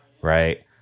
right